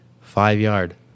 five-yard